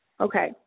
Okay